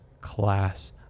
class